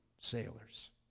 sailors